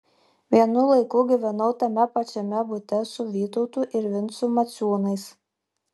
vienu laiku gyvenau tame pačiame bute su vytautu ir vincu maciūnais